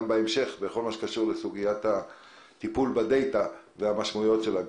במשך בנושא הטיפול בדאטה והמשמעות שלו.